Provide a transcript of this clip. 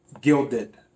Gilded